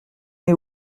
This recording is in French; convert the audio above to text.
est